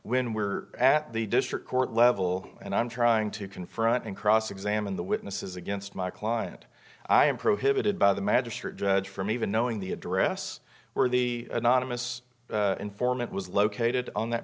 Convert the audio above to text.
when we're at the district court level and i'm trying to confront and cross examine the witnesses against my client i am prohibited by the magistrate judge from even knowing the address where the anonymous informant was located on that